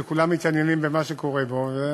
שכולם מתעניינים במה שקורה בו.